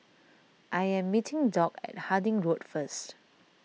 I am meeting Dock at Harding Road first